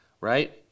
right